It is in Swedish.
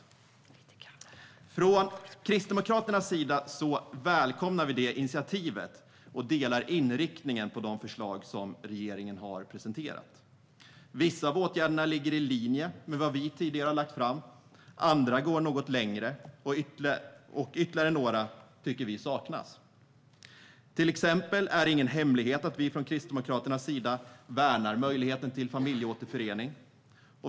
Vi från Kristdemokraterna välkomnar det initiativet och delar inriktningen på de förslag som regeringen har presenterat. Vissa åtgärder ligger i linje med det som vi tidigare har lagt fram. Andra förslag går något längre och ytterligare några tycker vi saknas. Till exempel är det ingen hemlighet att vi från Kristdemokraterna värnar möjligheten till familjeåterförening.